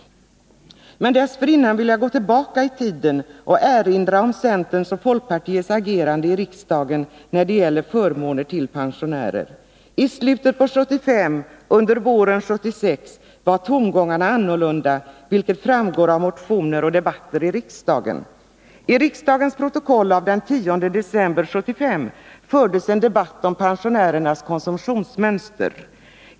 Men dessförinnan vill jag gå tillbaka i tiden och erinra om centerns och folkpartiets agerande i riksdagen när det gäller förmåner till pensionärer. I slutet på 1975 och under våren 1976 var tongångarna annorlunda, vilket framgår av motioner och debatter i riksdagen. I riksdagens protokoll för den 10 december 1975 kan vi läsa en debatt om pensionärernas konsumtionsmönster.